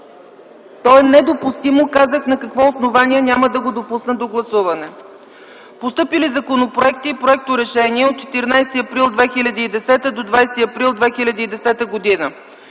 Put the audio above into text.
То е недопустимо. Казах на какво основание няма да го допусна до гласуване. Постъпили законопроекти и проекторешения от 14 до 20 април 2010 г.